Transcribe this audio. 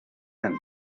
end